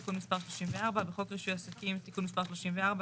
תיקון מספר 34. בחוק רישוי עסקים תיקון מספר 34,